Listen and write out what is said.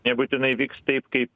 nebūtinai vyks taip kaip